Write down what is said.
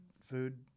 food